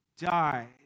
died